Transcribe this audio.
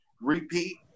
repeat